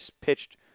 pitched